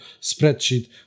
spreadsheet